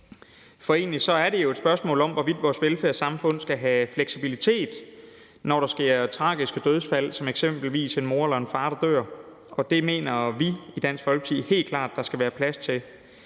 være. Egentligt er det jo et spørgsmål om, hvorvidt vores velfærdssamfund skal have fleksibilitet, når der sker tragiske dødsfald som eksempelvis en mor eller far, der dør. Det mener vi i Dansk Folkeparti helt klart der skal være plads til.